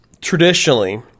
traditionally